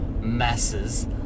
masses